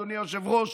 אדוני היושב-ראש,